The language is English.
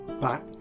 back